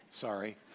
sorry